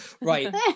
Right